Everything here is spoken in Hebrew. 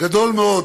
גדול מאוד